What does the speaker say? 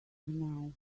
now